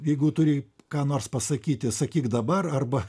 jeigu turi ką nors pasakyti sakyk dabar arba